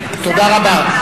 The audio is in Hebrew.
תודה רבה.